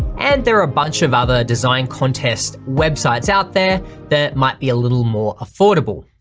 and there are a bunch of other design contest websites out there that might be a little more affordable.